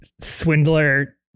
swindler